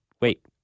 wait